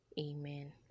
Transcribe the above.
Amen